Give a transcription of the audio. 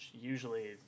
usually